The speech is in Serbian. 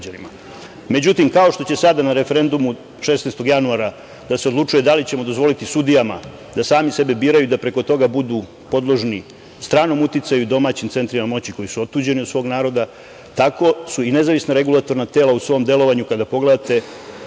Međutim, kao što će sada na referendumu 16. januara da se odlučuje da li ćemo dozvoliti sudijama da sami sebe biraju, da preko toga budu podložni stranom uticaju domaćim centrima moći koji su otuđeni od svog naroda, tako su i nezavisna regulatorna tela u svom delovanju, kada pogledate,